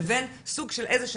לבין סוג של איזשהם,